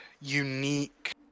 unique